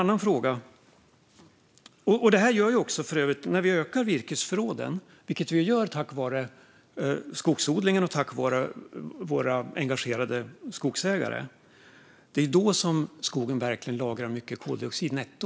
När vi ökar virkesförråden - tack vare skogsodlingen och våra engagerade skogsägare - lagrar skogen mycket koldioxid netto.